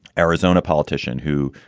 arizona politician who,